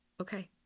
Okay